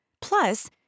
Plus